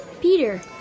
Peter